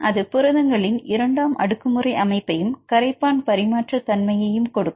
அது புரதங்களின் இரண்டாம் அடுக்கு முறை அமைப்பையும் கரைப்பான் பரிமாற்ற தன்மையையும் கொடுக்கும்